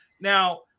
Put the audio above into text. Now